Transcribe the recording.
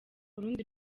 urundi